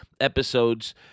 episodes